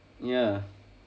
ya